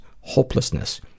hopelessness